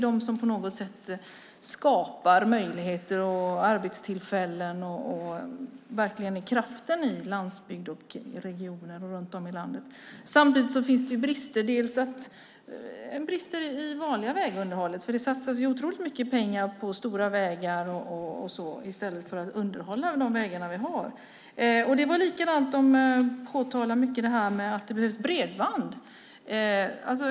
Det är på något sätt de som skapar möjligheter och arbetstillfällen och verkligen är kraften i landsbygd och regioner runt om i landet. Samtidigt finns det brister. Det finns till exempel brister i det vanliga vägunderhållet, eftersom det satsas otroligt mycket pengar på stora vägar i stället för att underhålla de vägar vi har. De påtalade också att det behövs bredband.